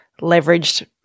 leveraged